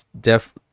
def